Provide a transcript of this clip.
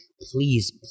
please